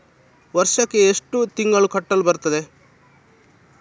ವರ್ಷಕ್ಕೆ ಎಷ್ಟು ತಿಂಗಳು ಕಟ್ಟಲು ಬರುತ್ತದೆ?